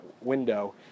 window